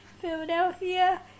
Philadelphia